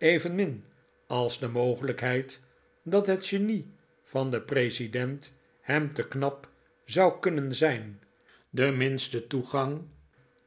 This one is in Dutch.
evenmin als de mogelijkheid dat het genie van den president hem te knap zou kunnen zijn den minsten toegang